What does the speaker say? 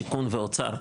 שיכון ואוצר,